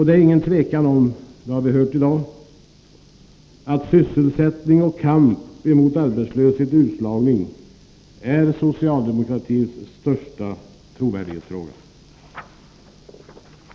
Det är inget tvivel om — det har vi ju hört i dag — att sysselsättning och kamp mot arbetslöshet och utslagning är socialdemokratins största trovärdighetsfråga.